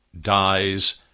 dies